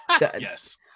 Yes